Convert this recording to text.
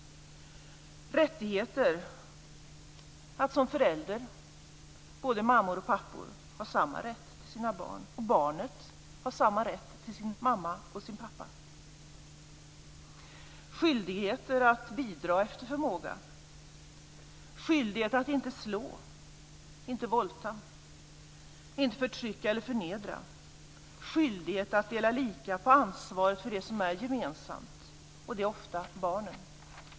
Det handlar om att föräldrar, både mammor och pappor, ska ha samma rätt till sina barn och om att barnet ska ha samma rätt till sin mamma och pappa. Det handlar om skyldigheter att bidra efter förmåga, skyldighet att inte slå, våldta, förtrycka eller förnedra. Det handlar om en skyldighet att dela lika på ansvaret för det som är gemensamt, och det är ofta barnen.